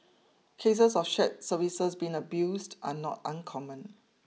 cases of shared services being abused are not uncommon